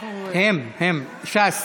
הם, הם, ש"ס.